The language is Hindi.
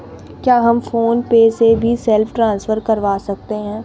क्या हम फोन पे से भी सेल्फ ट्रांसफर करवा सकते हैं?